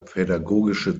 pädagogische